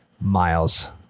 miles